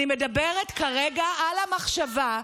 אני מדברת כרגע על המחשבה,